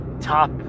top